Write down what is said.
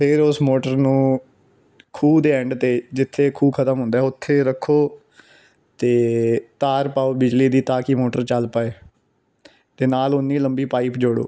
ਫਿਰ ਉਸ ਮੋਟਰ ਨੂੰ ਖ਼ੂਹ ਦੇ ਐਂਡ 'ਤੇ ਜਿੱਥੇ ਖ਼ੂਹ ਖਤਮ ਹੁੰਦਾ ਉੱਥੇ ਰੱਖੋ ਅਤੇ ਤਾਰ ਪਾਓ ਬਿਜਲੀ ਦੀ ਤਾਂ ਕਿ ਮੋਟਰ ਚੱਲ ਪਏ ਅਤੇ ਨਾਲ ਉਨ੍ਹੀ ਲੰਬੀ ਪਾਈਪ ਜੋੜੋ